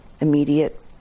immediate